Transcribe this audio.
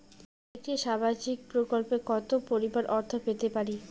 একটি সামাজিক প্রকল্পে কতো পরিমাণ অর্থ পেতে পারি?